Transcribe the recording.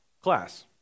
class